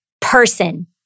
person